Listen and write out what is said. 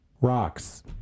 Rocks